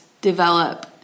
develop